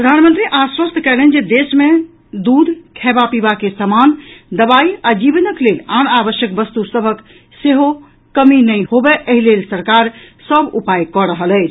प्रधानमंत्री आश्वस्त कयलनि जे देश मे दूध खयबा पीबा के समान दवाई आ जीवनक लेल आन आवश्यक वस्तु सभक सेहो कमी नहि होबय एहि लेल सरकार सभ उपाय कऽ रहल अछि